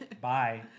Bye